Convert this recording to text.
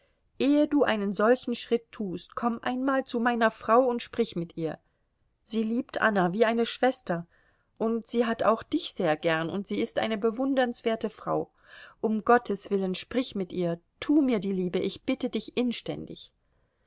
ehe du einen solchen schritt tust komm einmal zu meiner frau sprich mit ihr sie liebt anna wie eine schwester und sie hat auch dich sehr gern und sie ist eine bewundernswerte frau um gottes willen sprich mit ihr tu mir die liebe ich bitte dich inständig